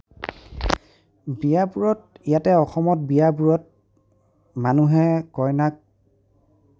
বিয়াবোৰত ইয়াতে অসমত বিয়াবোৰত মানুহে কইনাক